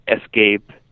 escape